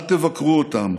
אל תבקרו אותם.